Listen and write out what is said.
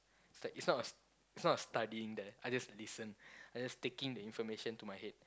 it's like it's not a it's not a studying there I just listen I just taking the information to my head